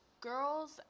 girls